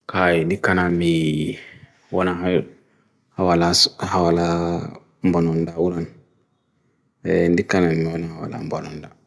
Kay, nikana mi wana hai awala mbononda ulaan, nikana mi wana awala mbononda.